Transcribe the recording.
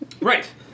right